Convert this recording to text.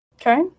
Okay